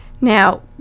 Now